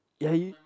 ya you